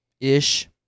ish